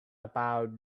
about